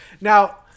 Now